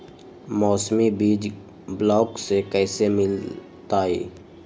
मौसमी बीज ब्लॉक से कैसे मिलताई?